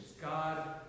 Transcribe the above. God